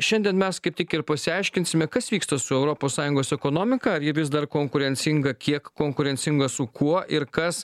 šiandien mes kaip tik ir pasiaiškinsime kas vyksta su europos sąjungos ekonomika ar ji vis dar konkurencinga kiek konkurencinga su kuo ir kas